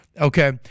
okay